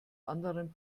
anderen